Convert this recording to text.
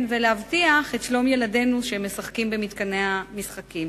ולהבטיח את שלום ילדינו שמשחקים במתקני המשחקים.